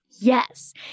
Yes